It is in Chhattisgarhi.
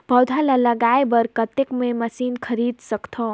पौधा ल जगाय बर कतेक मे मशीन खरीद सकथव?